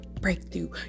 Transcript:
breakthrough